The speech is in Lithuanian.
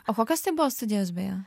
o kokios tai buvo studijos beje